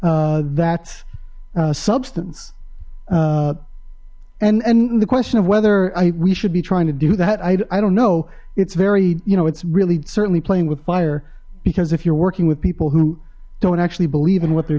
that substance and and the question of whether we should be trying to do that i don't know it's very you know it's really certainly playing with fire because if you're working with people who don't actually believe in what they're